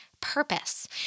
purpose